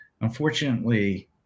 Unfortunately